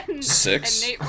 Six